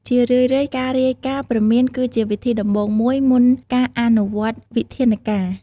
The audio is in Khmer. ជារឿយៗ ការរាយការណ៍ព្រមានគឺជាវិធីដំបូងមួយ មុនការអនុវត្តន៍វិធានការ។